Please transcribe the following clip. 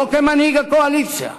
לא כמנהיג הקואליציה,